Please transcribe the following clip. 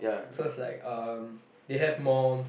so it's like um they have more